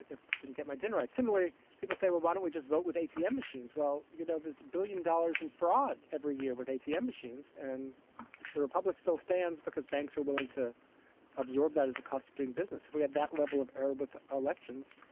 didn't get my dinner right. similarly, people say, well, why don't we just vote with eighty m machines? well, you know, this billion dollars in fraud every year with eighty m machines and the republic still stands because banks are willing to absorb that as the cost of doing business. if we had that level of error with elections,